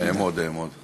אעמוד, אעמוד.